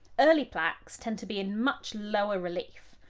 early plaques tend to be in much lower relief,